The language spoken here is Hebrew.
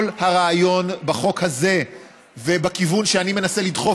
כל הרעיון בחוק הזה ובכיוון שאני מנסה לדחוף,